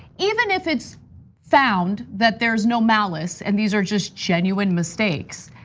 even if it's found that there's no malice and these are just geniune mistakes,